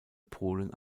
polen